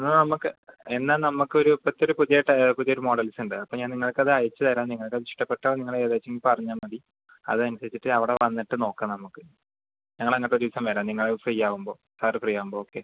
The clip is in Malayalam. എന്നാൽ നമുക്ക് എന്നാൽ നമുക്കൊരു ഇപ്പത്തെയൊരു പുതിയ പുതിയൊരു മോഡൽസുണ്ട് അപ്പൊൾ നിങ്ങക്കതയച്ചു തരാം നിങ്ങക്കത് ഇഷ്ട്ടപെട്ടാൽ നിങ്ങൾ ഏകദേശം ഒന്ന് പറഞ്ഞാൽ മതി അതനുസരിച്ചിട്ട് അവിടെ വന്നിട്ട് നോക്കാം നമുക്ക് ഞങ്ങളങ്ങോട്ട് ഒരു ദിവസം വരാം നിങ്ങള് ഫ്രീ ആകുമ്പോൾ സാറ് ഫ്രീ ആകുമ്പോൾ ഓക്കെ